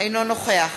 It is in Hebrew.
אינו נוכח